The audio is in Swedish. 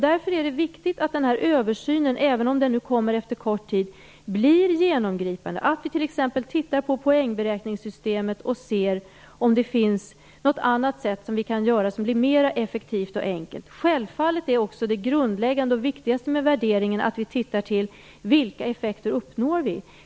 Därför är det viktigt att denna översyn, även om den kommer efter kort tid, blir genomgripande och att vi t.ex. tittar på poängberäkningssystemet och ser om det finns något annat sätt som gör att det blir mer effektivt och enkelt. Självfallet är också det grundläggande och det viktigaste med värderingen att vi ser till de effekter som uppnås.